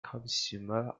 consumer